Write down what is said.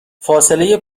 فاصله